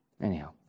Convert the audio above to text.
Anyhow